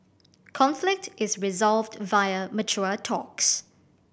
conflict is resolved via mature talks